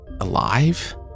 alive